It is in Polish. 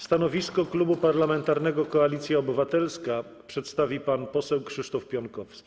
Stanowisko Klubu Parlamentarnego Koalicja Obywatelska przedstawi pan poseł Krzysztof Piątkowski.